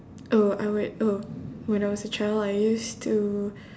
oh I whe~ oh when I was a child I used to